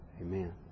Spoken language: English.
Amen